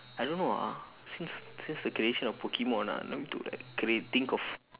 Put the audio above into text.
I don't know ah since since the creation of pokemon ah let me do like create think of